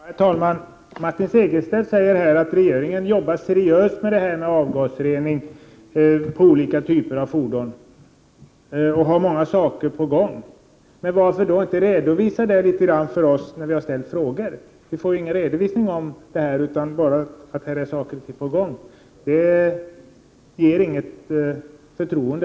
Herr talman! Martin Segerstedt säger att regeringen jobbar seriöst med frågan om avgasrening på olika typer av fordon och har mycket på gång. Varför då inte redovisa det för oss som har ställt frågor om det? Vi får ju ingen redovisning av det utan får bara veta att det är saker på gång. Det inger inget förtroende.